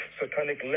satanic